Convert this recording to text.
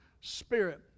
spirit